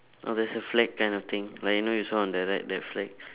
oh there's a flag kind of thing like you know saw on the right that flag